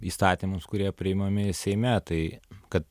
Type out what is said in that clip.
įstatymams kurie priimami seime tai kad